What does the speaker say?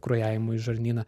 kraujavimo į žarnyną